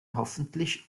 hoffentlich